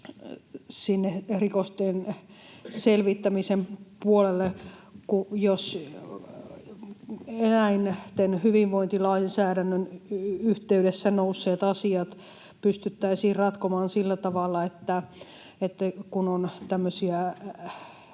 sinne rikosten selvittämisen puolelle. Jos eläinten hyvinvointilainsäädännön yhteydessä nousseet asiat pystyttäisiin ratkomaan sillä tavalla, että kun on tämmöisiä